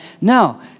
No